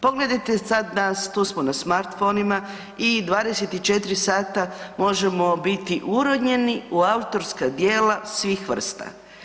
Pogledajte sad nas tu smo na smartphoneima i 24 sata možemo biti uronjeni u autorska dijela svih vrsta.